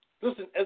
Listen